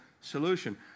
solution